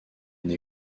une